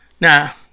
Now